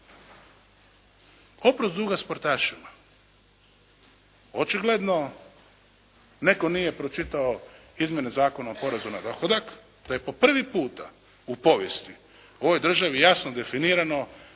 Oprost duga sportašima. Očigledno netko nije pročitao Izmjene zakona o porezu na dohodak da je po prvi puta u povijesti u ovoj državi jasno definirano